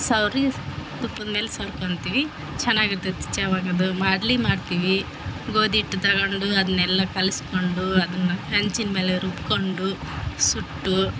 ಸವ್ರಿ ತುಪ್ಪದ್ಮೇಲೆ ಸವ್ರ್ಕಂತಿವಿ ಚೆನ್ನಾಗಿ ಇರ್ತತೆ ಚಾವಾಗದ ಮಾದ್ಲಿ ಮಾಡ್ತೀವಿ ಗೋದಿ ಹಿಟ್ಟು ತಗಂಡು ಅದನ್ನೆಲ್ಲ ಕಲ್ಸ್ಕೊಂಡು ಅದನ್ನ ಹಂಚ್ಚಿನ್ಮೇಲೆ ರುಬ್ಕೊಂಡು ಸುಟ್ಟು